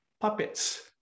puppets